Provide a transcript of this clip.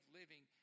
living